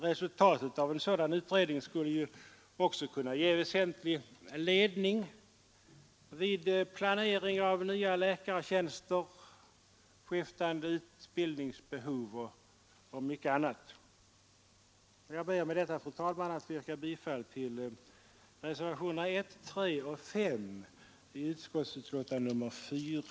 Resultatet av en sådan utredning skulle också kunna ge väsentlig ledning vid planering av nya läkartjänster, skiftande utbildningsbehov och mycket annat. Därmed ber jag, fru talman, att få yrka bifall till reservationerna 1, 3 och 5 vid utskottets betänkande nr 4.